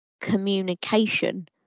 communication